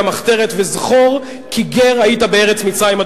המחתרת: וזכור כי גר היית בארץ מצרים,